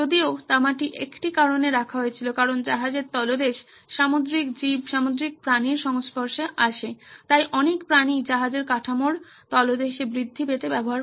যদিও তামাটি একটি কারণে রাখা হয়েছিল কারণ জাহাজের তলদেশ সামুদ্রিক জীব সামুদ্রিক প্রাণীর সংস্পর্শে এসেছিল তাই অনেক প্রাণী জাহাজের কাঠামোর তলদেশ বৃদ্ধি পেতে ব্যবহার করে